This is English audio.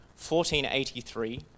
1483